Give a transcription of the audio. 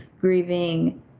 grieving